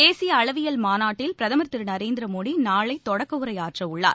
தேசிய அளவியல் மாநாட்டில் பிரதமர் திரு நரேந்திர மோடி நாளை தொடக்கவுரையாற்றவுள்ளார்